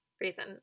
reason